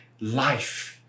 life